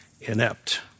inept